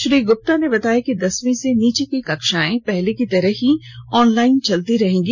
श्री गुप्ता ने बताया की दसवीं से नीचे की कक्षाएं पहले की तरह ही ऑनलाइन चलती रहेंगी